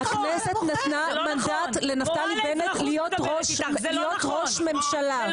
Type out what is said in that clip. הכנסת נתנה מנדט לנפתלי בנט להיות ראש ממשלה.